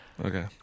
okay